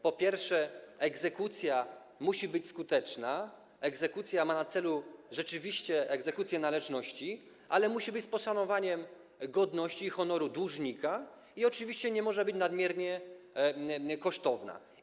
Po pierwsze, egzekucja musi być skuteczna, egzekucja ma na celu rzeczywiście egzekucję należności, ale musi być z poszanowaniem godności i honoru dłużnika, i oczywiście nie może być nadmiernie kosztowna.